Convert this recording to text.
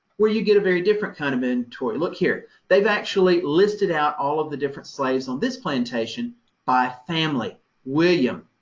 where you get a very different kind of inventory. look here. they've actually listed out all of the different slaves on this plantation by family william,